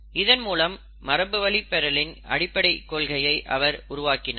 இதன்மூலம் மரபுவழிப்பெறலின் அடிப்படை கொள்கையை அவர் உருவாக்கினார்